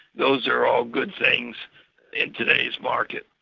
those are all good things in today's market.